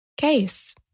case